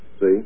See